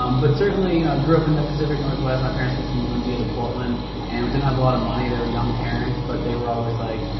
um but certainly you know i grew up in the pacific northwest. my parents moved from olympia to portland and we didn't have a lot of money, they were young parents but they were always like,